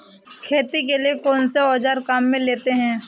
खेती के लिए कौनसे औज़ार काम में लेते हैं?